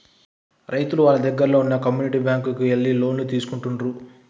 రైతులు వాళ్ళ దగ్గరల్లో వున్న కమ్యూనిటీ బ్యాంక్ కు ఎళ్లి లోన్లు తీసుకుంటుండ్రు